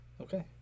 Okay